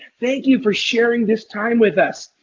thank you for sharing this time with us.